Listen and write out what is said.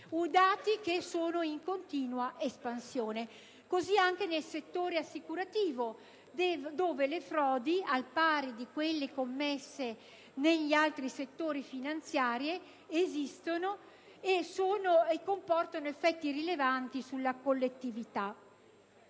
relativi sono in continua espansione. Anche nel settore assicurativo le frodi esistono, al pari di quelle commesse negli altri settori finanziari, e comportano effetti rilevanti sulla collettività.